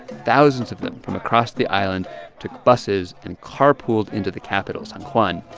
thousands of them from across the island took buses and carpooled into the capital, san juan,